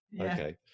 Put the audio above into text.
Okay